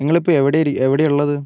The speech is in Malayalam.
നിങ്ങളിപ്പം എവിടിരി എവിടെയാണ് ഉള്ളത്